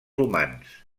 humans